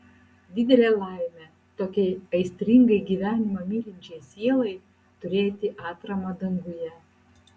didelė laimė tokiai aistringai gyvenimą mylinčiai sielai turėti atramą danguje